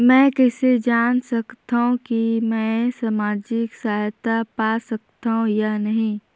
मै कइसे जान सकथव कि मैं समाजिक सहायता पा सकथव या नहीं?